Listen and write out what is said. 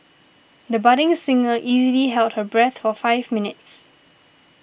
the budding singer easily held her breath for five minutes